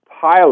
pilot